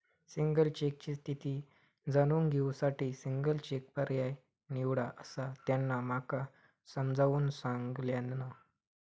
single चेकची स्थिती जाणून घेऊ साठी सिंगल चेक पर्याय निवडा, असा त्यांना माका समजाऊन सांगल्यान